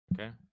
Okay